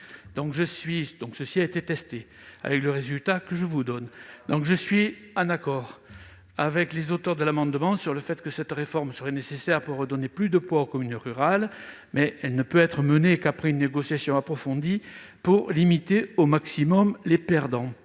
Je suis en accord avec vous, mon cher collègue, sur le fait que cette réforme serait nécessaire pour redonner plus de poids aux communes rurales, mais elle ne peut être menée qu'après une négociation approfondie pour limiter au maximum le nombre